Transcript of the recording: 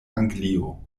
anglio